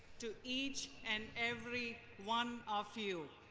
to each and every one of you,